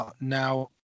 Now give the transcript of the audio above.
now